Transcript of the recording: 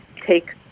take